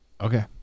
Okay